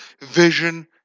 vision